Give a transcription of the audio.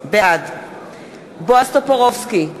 בעד בועז טופורובסקי,